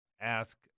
ask